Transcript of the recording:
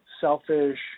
selfish